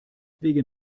wegen